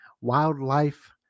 Wildlife